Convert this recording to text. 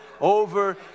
over